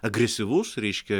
agresyvus reiškia